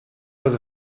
was